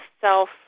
self